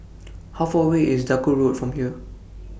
How Far away IS Duku Road from here